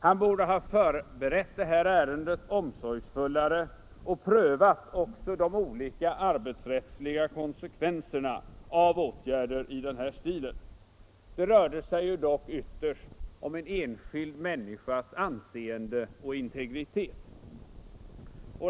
Han borde ha förberett ärendet omsorgsfullare och prövat också de olika arbetsrättsliga konsekvenserna av åtgärder i den här stilen. Det rörde sig dock ytterst om en enskild människas anseende och integritet.